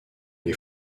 les